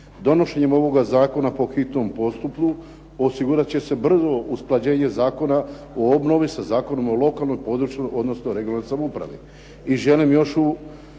Donošenjem ovog zakona po hitnom postupku osigurat će se brzo usklađenje Zakona o obnovi sa Zakonom o lokalnoj, područnoj odnosno regionalnoj samoupravi.